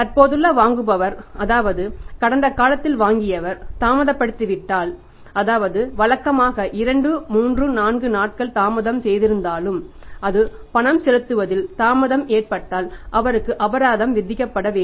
தற்போதுள்ள வாங்குபவர் அதாவது கடந்த காலத்தில் வாங்கியவர் தாமதப்படுத்தி விட்டாள் அதாவது வழக்கமாக 2 3 4 நாட்கள் தாமதம் செய்திருந்தாலும் அல்லது பணம் செலுத்துவதில் தாமதம் ஏற்பட்டால் அவருக்கு அபராதம் விதிக்கப்பட வேண்டும்